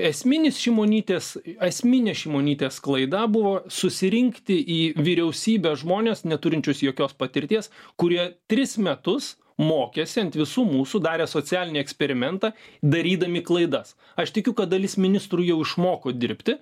esminis šimonytės esminė šimonytės klaida buvo susirinkti į vyriausybę žmones neturinčius jokios patirties kurie tris metus mokėsi ant visų mūsų darė socialinį eksperimentą darydami klaidas aš tikiu kad dalis ministrų jau išmoko dirbti